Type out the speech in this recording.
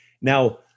Now